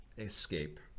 Escape